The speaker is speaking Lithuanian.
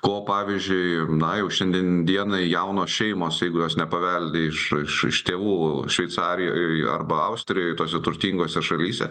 o pavyzdžiui na jau šiandien dienai jaunos šeimos jeigu jos nepaveldi iš iš tėvų šveicarijoje arba austrijoje tose turtingose šalyse